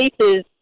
cases